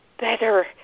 Better